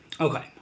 Okay